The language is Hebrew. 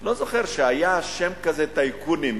לא זוכר שהיה שם כזה, טייקונים.